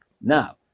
Now